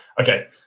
okay